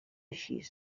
així